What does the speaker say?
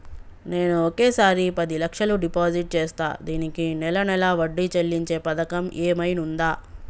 నేను ఒకేసారి పది లక్షలు డిపాజిట్ చేస్తా దీనికి నెల నెల వడ్డీ చెల్లించే పథకం ఏమైనుందా?